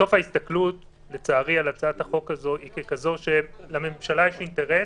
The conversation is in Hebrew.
ההסתכלות על הצעת החוק הזו היא כזו שלממשלה יש אינטרס